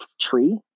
tree